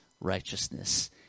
righteousness